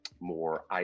more